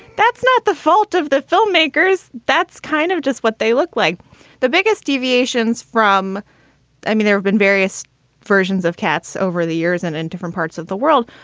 that's not the fault of the filmmakers. that's kind of just what they look like the biggest deviations from i mean, there have been various versions of cats over the years and in different parts of the world.